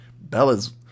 Bella's